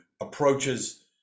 approaches